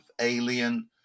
alien